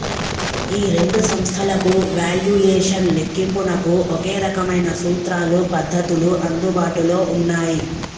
ఈ రెండు సంస్థలకు వాల్యుయేషన్ లెక్కింపునకు ఒకే రకమైన సూత్రాలు పద్ధతులు అందుబాటులో ఉన్నాయి